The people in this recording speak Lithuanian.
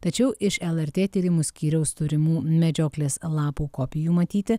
tačiau iš lrt tyrimų skyriaus turimų medžioklės lapų kopijų matyti